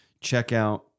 checkout